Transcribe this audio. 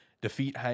Defeat